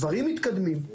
דברים מתקדמים.